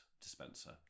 dispenser